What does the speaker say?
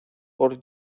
por